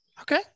Okay